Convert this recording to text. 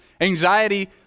Anxiety